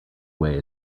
away